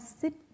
sit